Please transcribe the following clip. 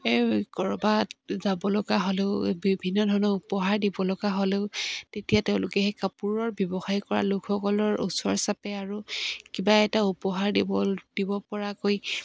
ক'ৰবাত যাব লগা হ'লেও বিভিন্ন ধৰণৰ উপহাৰ দিব লগা হ'লেও তেতিয়া তেওঁলোকে সেই কাপোৰৰ ব্যৱসায় কৰা লোকসকলৰ ওচৰ চাপে আৰু কিবা এটা উপহাৰ দিব পৰাকৈ